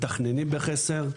מתכננים בחסר,